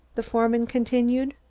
the foreman continued.